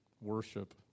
worship